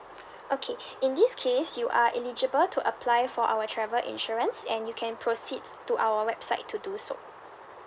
okay in this case you are eligible to apply for our travel insurance and you can proceed to our website to do so